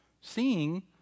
seeing